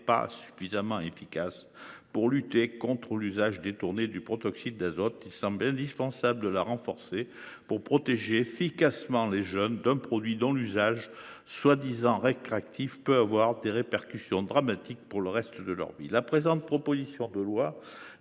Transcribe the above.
pas suffisamment efficace pour lutter contre l’usage détourné du protoxyde d’azote. Il semble indispensable de la renforcer pour protéger efficacement les jeunes contre un produit dont l’usage prétendument récréatif peut avoir des répercussions dramatiques sur le reste de leur vie. La présente proposition de loi